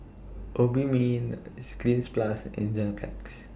Obimin Cleanz Plus and Enzyplex